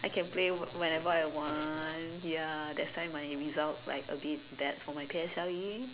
I can play whenever I want ya that's why my result like a bit bad for my P_S_L_E